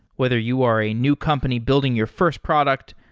whether you are a new company building your first product,